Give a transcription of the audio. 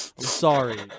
sorry